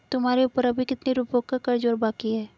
तुम्हारे ऊपर अभी कितने रुपयों का कर्ज और बाकी है?